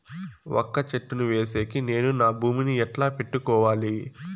వక్క చెట్టును వేసేకి నేను నా భూమి ని ఎట్లా పెట్టుకోవాలి?